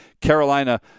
Carolina